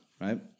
right